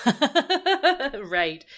right